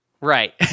right